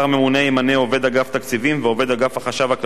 התקציבים ועובד אגף החשב הכללי במשרד האוצר,